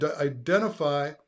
identify